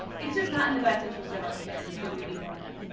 it's just not in the best interests of our kids to do yeah e-learning.